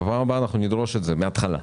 בפעם הבאה נדרוש את זה מהתחלה,